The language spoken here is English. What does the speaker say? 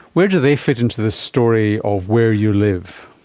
where do they fit into this story of where you live?